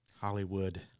Hollywood